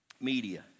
Media